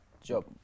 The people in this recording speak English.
job